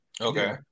Okay